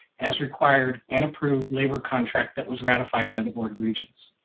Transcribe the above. as required and approved labor contract that was ratified by the board of regents.